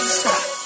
stop